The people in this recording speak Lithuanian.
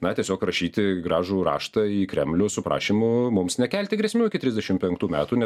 na tiesiog rašyti gražų raštą į kremlių su prašymu mums nekelti grėsmių iki trisdešim penktų metų nes